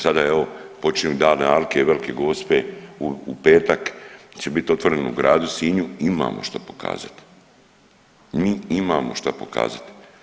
Sada evo počinju dani alke, Velike gospe u petak će biti otvoreno u gradu Sinju, imamo što pokazat, mi imamo što pokazat.